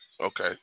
Okay